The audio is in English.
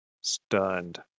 stunned